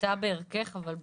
ממעיטה בערכך, אבל בסדר,